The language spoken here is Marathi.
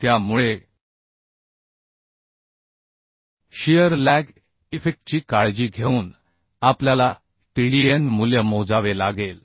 त्यामुळे शियर लॅग इफेक्टची काळजी घेऊन आपल्याला TDN मूल्य मोजावे लागेल